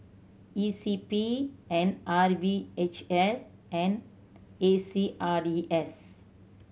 E C P and R V H S and A C R E S